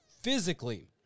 physically